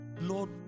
Lord